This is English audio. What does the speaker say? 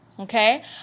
Okay